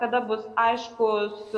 kada bus aiškus